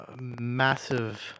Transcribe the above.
massive